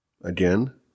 Again